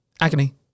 Agony